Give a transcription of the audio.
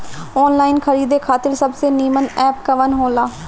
Online खरीदे खातिर सबसे नीमन एप कवन हो ला?